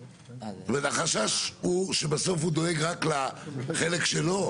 החשש הוא שבסוף הוא דואג רק לחלק שלו?